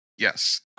Yes